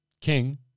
King